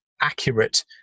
Accurate